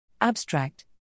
Abstract